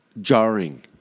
jarring